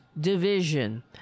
division